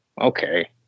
okay